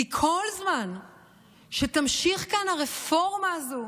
כי כל זמן שתמשיך כאן הרפורמה הזאת,